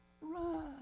Run